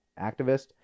activist